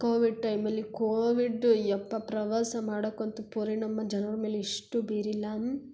Covid ಟೈಮಲ್ಲಿ Covid ಯಪ್ಪ ಪ್ರವಾಸ ಮಾಡೊಕ್ಕಂತೂ ಪರಿಣಾಮ ಜನರ ಮೇಲೆ ಇಷ್ಟು ಬೀರಿಲ್ಲ